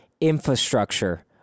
infrastructure